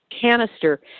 canister